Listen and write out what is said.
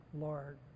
lord